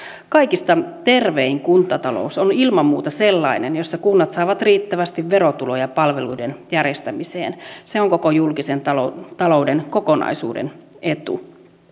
kaikista tervein kuntatalous on ilman muuta sellainen jossa kunnat saavat riittävästi verotuloja palveluiden järjestämiseen se on koko julkisen talouden talouden kokonaisuuden etu